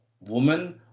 woman